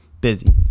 Busy